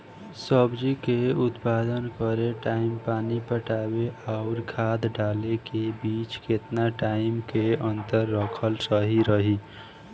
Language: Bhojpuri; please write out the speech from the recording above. सब्जी के उत्पादन करे टाइम पानी पटावे आउर खाद डाले के बीच केतना टाइम के अंतर रखल सही रही?